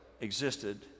existed